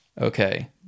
Okay